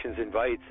invites